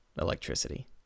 electricity